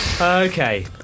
Okay